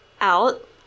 out